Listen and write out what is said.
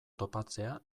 topatzea